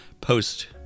post